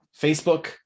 facebook